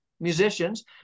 musicians